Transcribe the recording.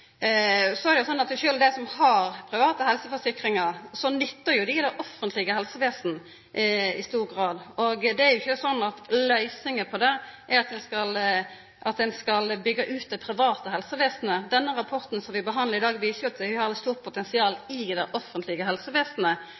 nyttar det offentlege helsevesenet. Det er jo ikkje sånn at løysinga på det er at ein skal byggja ut det private helsevesenet. Den rapporten som vi behandlar i dag, viser jo at vi har eit stort potensial i det offentlege helsevesenet